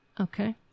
Okay